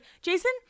Jason